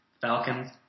Falcons